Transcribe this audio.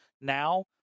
now